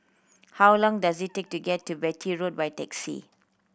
how long does it take to get to Beatty Road by taxi